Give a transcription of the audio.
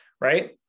Right